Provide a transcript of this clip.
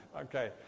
Okay